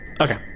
Okay